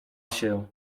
się